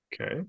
Okay